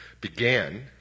began